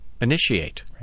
initiate